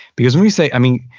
because when you say, i mean,